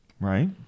right